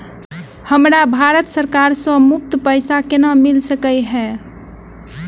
हमरा भारत सरकार सँ मुफ्त पैसा केना मिल सकै है?